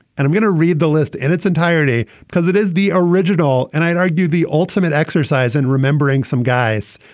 and i'm going to read the list in its entirety because it is the original and i'd argue the ultimate exercise in and remembering some guys,